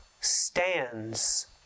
stands